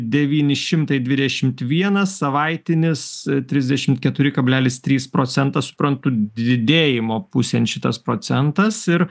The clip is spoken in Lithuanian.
devyni šimtai dvidešimt vienas savaitinis trisdešimt keturi kablelis trys procenta suprantu didėjimo pusėn šitas procentas ir